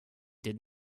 did